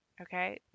Okay